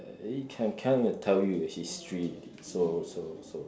it can kind of tell you the history so so so